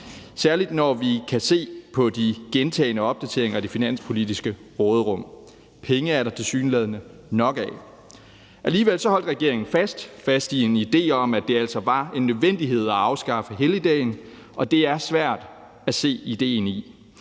særlig når vi ser de gentage opdateringer af det finanspolitiske råderum. Penge er der tilsyneladende nok af. Alligevel holdt regeringen fast, fast i en idé om, at det altså var en nødvendighed at afskaffe helligdagen, og det er svært at se idéen i